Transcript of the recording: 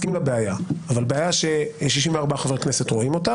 מסכימים לבעיה אבל בעיה ש-64 חברי כנסת רואים אותה